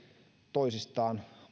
toisistaan